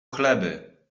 chleby